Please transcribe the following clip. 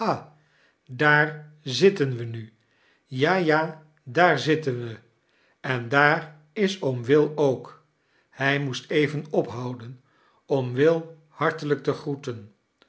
daar zitten we nu ja ja daar zitten we en daar is oom will ook hij moest even ophouden om will hartolijk te groeten